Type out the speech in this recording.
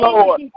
Lord